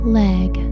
leg